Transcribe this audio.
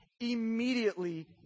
Immediately